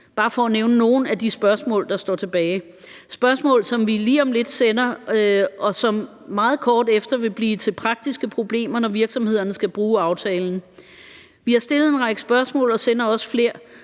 bare for at nævne nogle af de spørgsmål, der står tilbage – spørgsmål, som vi lige om lidt sender, om ting, som meget kort efter vil blive til praktiske problemer, når virksomhederne skal bruge aftalen. Vi har stillet en række spørgsmål og sender også flere,